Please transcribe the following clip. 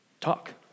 talk